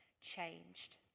changed